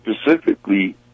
specifically